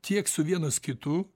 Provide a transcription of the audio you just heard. tiek su vienas kitu